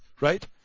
right